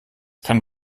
kann